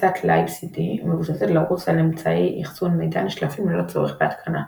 הפצת LiveCD המסוגלת לרוץ על אמצעי אחסון מידע נשלפים ללא צורך בהתקנה.